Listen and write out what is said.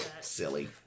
silly